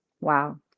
Wow